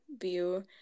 view